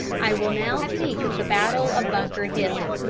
i will now speak of the battle of bunker hill.